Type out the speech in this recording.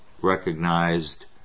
recognized